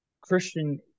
Christian